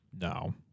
No